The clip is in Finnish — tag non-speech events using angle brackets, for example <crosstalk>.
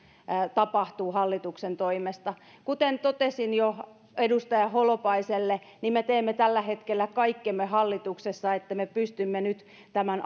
tapahtuu hallituksen toimesta kuten totesin jo edustaja holopaiselle niin me teemme tällä hetkellä kaikkemme hallituksessa että me pystymme nyt tämän <unintelligible>